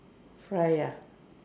fry ah